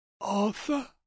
Arthur